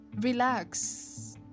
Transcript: Relax